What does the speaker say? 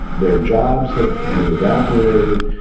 their jobs have have evaporated,